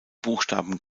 buchstaben